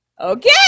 okay